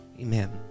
Amen